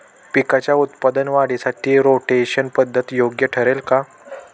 पिकाच्या उत्पादन वाढीसाठी रोटेशन पद्धत योग्य ठरेल का?